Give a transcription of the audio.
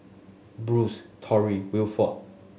Bruce Tory Wilford